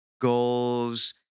goals